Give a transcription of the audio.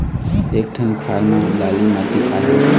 एक ठन खार म लाली माटी आहे?